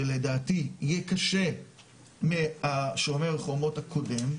שלדעתי יהיה קשה משומר חומות הקודם.